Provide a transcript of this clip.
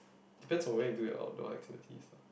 depends on where you do your outdoors activities lah